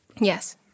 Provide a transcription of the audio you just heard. Yes